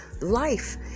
life